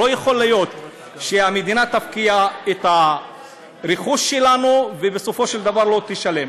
לא יכול להיות שהמדינה תפקיע את הרכוש שלנו ובסופו של דבר לא תשלם.